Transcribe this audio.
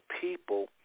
people